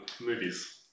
movies